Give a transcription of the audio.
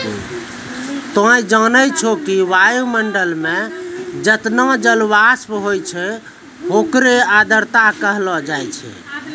तोहं जानै छौ कि वायुमंडल मं जतना जलवाष्प होय छै होकरे आर्द्रता कहलो जाय छै